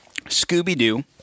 Scooby-Doo